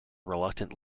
reluctant